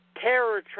Terror